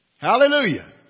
Hallelujah